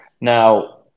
Now